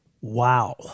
Wow